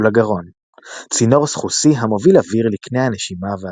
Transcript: ולגרון – צינור סחוסי המוביל אוויר לקנה הנשימה והריאות.